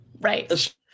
Right